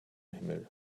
himmel